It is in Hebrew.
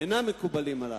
אינם מקובלים עלי.